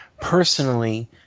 Personally